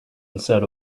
instead